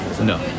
no